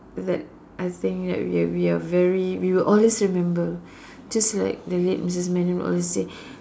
that I think that we are we are very we will always remember just like the late Missus Madam Alice say